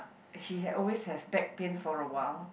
he had always have back pain for awhile